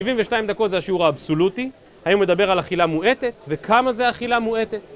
72 דקות זה השיעור האבסולוטי, היום נדבר על אכילה מועטת וכמה זה אכילה מועטת